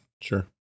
Sure